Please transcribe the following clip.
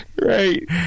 Right